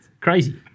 crazy